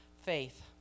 faith